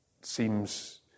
seems